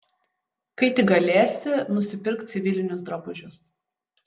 kai tik galėsi nusipirk civilinius drabužius